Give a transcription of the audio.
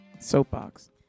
soapbox